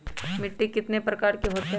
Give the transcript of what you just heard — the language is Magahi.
मिट्टी कितने प्रकार के होते हैं?